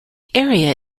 area